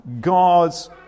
God's